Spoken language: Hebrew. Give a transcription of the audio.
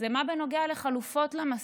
מה בנוגע לחלופות למסע.